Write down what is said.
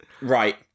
Right